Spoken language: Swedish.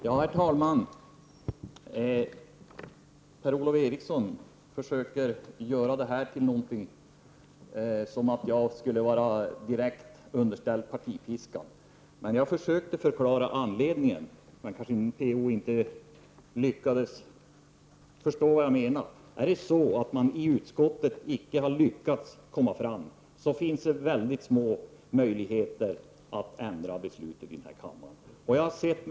Herr talman! Per-Ola Eriksson försöker göra detta till att jag skulle vara underställd partipiskan. Jag försökte förklara, men Per-Ola Eriksson kanske inte lyckades förstå vad jag menade. Har man i utskottet icke lyckats komma överens, finns det mycket små möjligheter att ändra på detta inför beslutet i denna kammare.